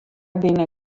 binne